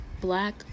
black